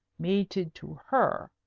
mated to her,